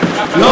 זה לא,